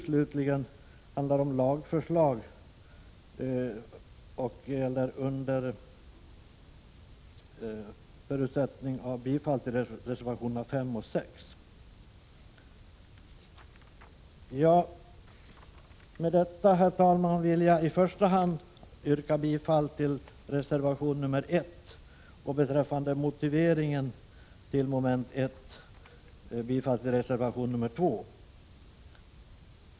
Med detta, herr talman, vill jag i första hand yrka bifall till reservation nr 1, och beträffande motiveringen under moment 1 bifall till reservation 2.